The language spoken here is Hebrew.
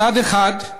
מצד אחד,